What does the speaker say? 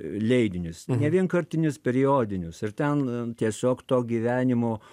leidinius ne vienkartinius periodinius ir ten tiesiog to gyvenimo